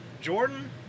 Jordan